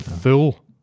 fool